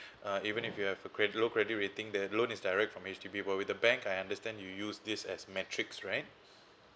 uh even if you have credit low credit rating their loan is direct from H_D_B but with the bank I understand you use this as metrics right